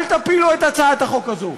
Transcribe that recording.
אל תפילו את הצעת החוק הזאת.